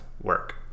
work